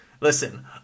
listen